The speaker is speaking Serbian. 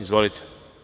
Izvolite.